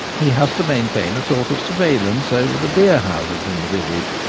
he has to maintain a sort of surveillance over the beer-houses in the village,